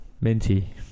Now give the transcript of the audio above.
Minty